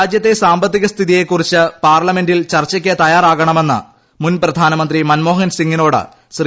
രാജ്യത്തെ സാമ്പത്തിക് സ്ത്ഥിതിയെക്കുറിച്ച് പാർലമെന്റിൽ ചർച്ചയ്ക്ക് തയ്യാറാകണമെന്ന് മുൻ പ്രധാനമന്ത്രി മൻമോഹൻ സിംഗിനോട് ശ്രീ